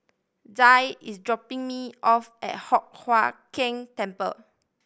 Zaire is dropping me off at Hock Huat Keng Temple